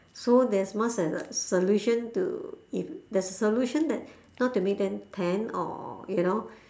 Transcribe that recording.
so there's one solution to if the solution that not to make them tan or you know